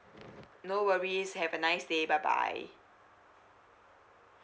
no worries have a nice day bye bye